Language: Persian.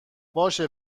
باشه